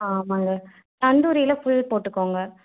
ஆ ஆமாங்க தந்தூரியில் ஃபுல் போட்டுக்கோங்க